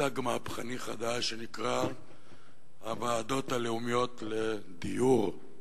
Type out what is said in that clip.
מושג מהפכני חדש, שנקרא "הוועדות הלאומיות לדיור"